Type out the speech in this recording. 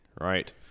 right